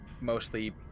mostly